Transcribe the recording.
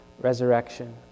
resurrection